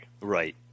Right